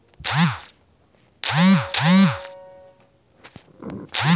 इ समय त डीजल पेट्रोल के भाव आसमान छुअत हौ